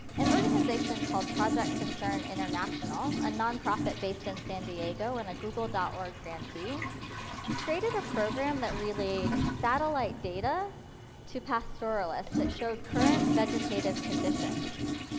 an organization called project concern international, a nonprofit based in san diego and a google. org grantee created a program that relaid satellite data to pastoralists that showed current vegetative conditions.